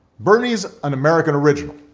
bernie's an american original,